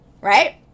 right